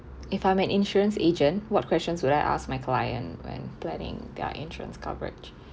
if I'm an insurance agent what questions would I ask my client when planning their insurance coverage